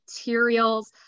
materials